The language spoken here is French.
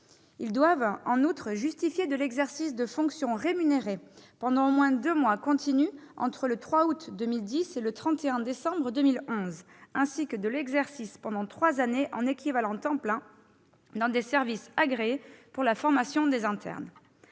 Ils doivent, en outre, justifier de l'exercice de fonctions rémunérées pendant au moins deux mois continus entre le 3 août 2010 et le 31 décembre 2011, ainsi que de l'exercice, pendant trois années en équivalent temps plein, dans des services agréés pour la formation des internes.